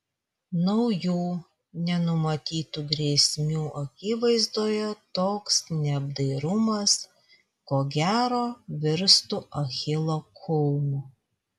naujų nenumatytų grėsmių akivaizdoje toks neapdairumas ko gero virstų achilo kulnu